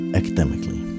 academically